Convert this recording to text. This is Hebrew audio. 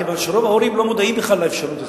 כיוון שרוב ההורים לא מודעים בכלל לאפשרות הזאת.